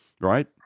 Right